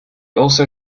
also